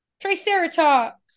Triceratops